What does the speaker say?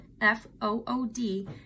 F-O-O-D